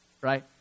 Right